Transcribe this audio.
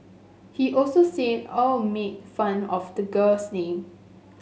he also said Au made fun of the girl's name